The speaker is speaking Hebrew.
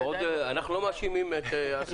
אנחנו לא מאשימים את אסף.